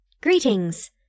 Greetings